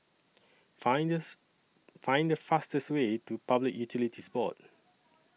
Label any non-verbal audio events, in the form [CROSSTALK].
[UNINTELLIGIBLE] Find The fastest Way to Public Utilities Board